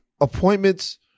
Appointments